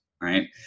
Right